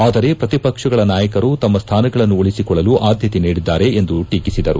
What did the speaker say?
ಆದರೆ ಪ್ರತಿಪಕ್ಷಗಳ ನಾಯಕರು ತಮ್ಮ ಸ್ವಾನಗಳನ್ನು ಉಳಬಿಕೊಳ್ಳಲು ಆದ್ದತೆ ನೀಡಿದ್ದಾರೆ ಎಂದು ಟೀಕಿಸಿದರು